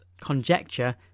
conjecture